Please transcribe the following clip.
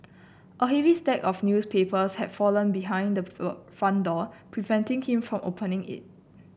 a heavy stack of newspapers have fallen behind the front door preventing him from opening it